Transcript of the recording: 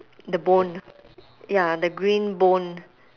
the bone ya the green bone